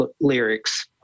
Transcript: lyrics